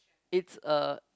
it's a